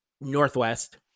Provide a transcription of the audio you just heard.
Northwest